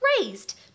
raised